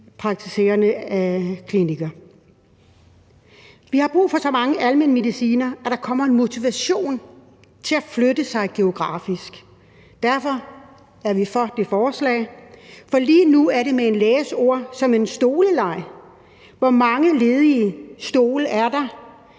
ud i de lægeklinikker. Vi har brug for så mange almenmedicinere, at der kommer en motivation til at flytte sig geografisk. Derfor er vi for forslaget, for lige nu er det med en læges ord som med en stoleleg: Hvor mange ledige stole er der?